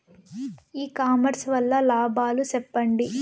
ఇ commerce వల్ల లాభాలు సెప్పండి?